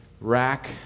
rack